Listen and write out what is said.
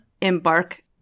embark